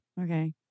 Okay